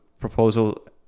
proposal